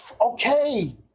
okay